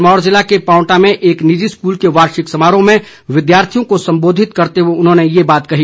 सिरमौर जिला के पांवटा में एक निजी स्कूल के वार्षिक समारोह में विद्यार्थियों को संबोधित करते हुए उन्होंने यह बात कही